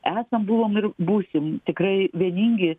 esam buvom ir būsim tikrai vieningi